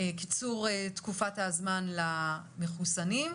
קיצור תקופת הזמן למחוסנים,